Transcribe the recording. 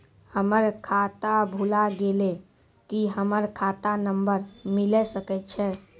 हमर खाता भुला गेलै, की हमर खाता नंबर मिले सकय छै?